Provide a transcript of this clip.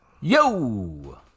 Yo